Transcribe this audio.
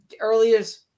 earliest